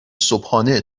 صبحانه